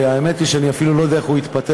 שהאמת היא שאני אפילו לא יודע איך הוא התפתח.